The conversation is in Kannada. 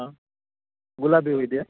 ಹಾಂ ಗುಲಾಬಿ ಹೂ ಇದೆಯಾ